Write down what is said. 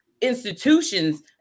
institutions